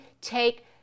take